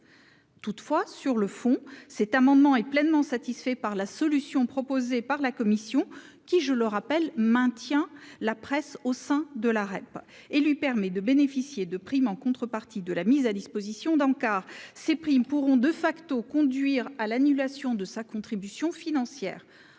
Toutefois, sur le fond, cet amendement est pleinement satisfait par la solution proposée par la commission, qui- je le rappelle -maintient la presse au sein de la REP et lui permet de bénéficier de primes en contrepartie de la mise à disposition d'encarts. Ces primes pourront conduire à l'annulation de sa contribution financière.